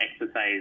exercise